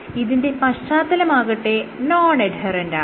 എന്നാൽ ഇതിന്റെ പശ്ചാത്തലമാകട്ടെ നോൺ എഡ്ഹെറെന്റാണ്